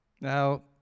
Now